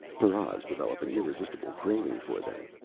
paras develop an irresistible craving for them!